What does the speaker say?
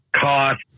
cost